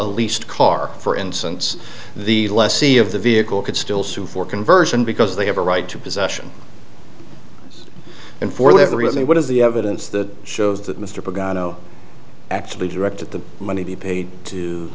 a least car for instance the lessee of the vehicle could still sue for conversion because they have a right to possession and for whatever reason what is the evidence that shows that mr gado actually directed the money be paid to